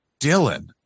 Dylan